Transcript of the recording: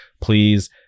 please